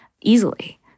easily